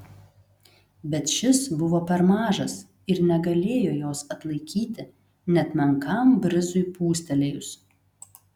bet šis buvo per mažas ir negalėjo jos atlaikyti net menkam brizui pūstelėjus